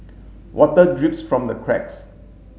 water drips from the cracks